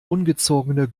ungezogene